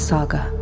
Saga